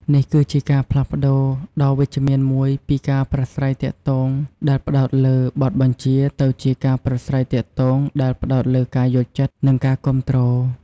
នេះគឺជាការផ្លាស់ប្តូរដ៏វិជ្ជមានមួយពី ការប្រាស្រ័យទាក់ទងដែលផ្តោតលើបទបញ្ជាទៅជា ការប្រាស្រ័យទាក់ទងដែលផ្តោតលើការយល់ចិត្ត និងការគាំទ្រ។